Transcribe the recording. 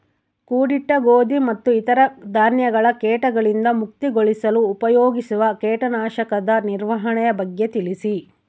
ಕೂಡಿಟ್ಟ ಗೋಧಿ ಮತ್ತು ಇತರ ಧಾನ್ಯಗಳ ಕೇಟಗಳಿಂದ ಮುಕ್ತಿಗೊಳಿಸಲು ಉಪಯೋಗಿಸುವ ಕೇಟನಾಶಕದ ನಿರ್ವಹಣೆಯ ಬಗ್ಗೆ ತಿಳಿಸಿ?